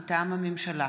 מטעם הממשלה: